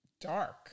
dark